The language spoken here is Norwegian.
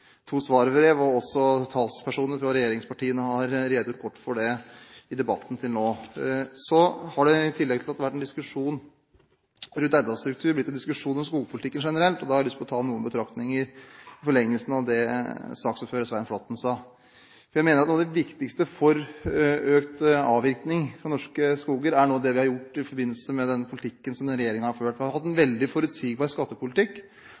to svarbrev. Også talspersoner fra regjeringspartiene har redegjort godt for dette i debatten til nå. Så har det, i tillegg til at det har vært en diskusjon om eiendomsstruktur, blitt en diskusjon om skogpolitikken generelt. Jeg har lyst til å komme med noen betraktninger i forlengelsen av det saksordføreren, Svein Flåtten, sa. Jeg mener at noe av det viktigste for økt avvirkning av norske skoger er noe av det vi har gjort i forbindelse med den politikken som denne regjeringen har ført. Vi har hatt en veldig forutsigbar skattepolitikk.